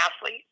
athlete